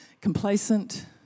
Complacent